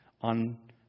on